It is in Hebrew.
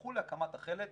כשהלכו להקמת החל"צ